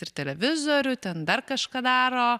ir televizorių ten dar kažką daro